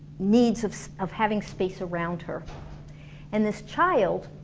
needs of of having space around her and this child